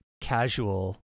casual